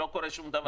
לא קורה שום דבר.